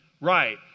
Right